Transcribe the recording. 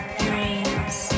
dreams